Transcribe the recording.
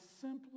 simply